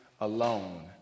alone